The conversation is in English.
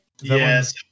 yes